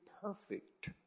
perfect